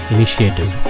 Initiative